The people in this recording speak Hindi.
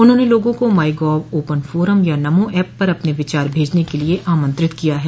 उन्होंने लोगों को माई गॉव ओपन फोरम या नमो ऐप पर अपने विचार भेजने के लिए आमंत्रित किया है